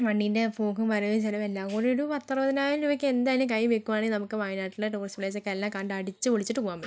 വണ്ടീൻ്റെ പോക്കും വരവ് ചിലവ് എല്ലാം കൂടി ഒരു പത്തറുപതിനായിരം രൂപയൊക്കെ എന്തായാലും കയ്യിൽ വയ്ക്കുവാണെങ്കിൽ നമുക്ക് വയനാട്ടിലെ ടൂറിസ്റ്റ് പ്ലേസ് ഒക്കെ എല്ലാം കണ്ട് അടിച്ച് പൊളിച്ചിട്ട് പോവാൻ പറ്റും